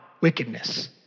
wickedness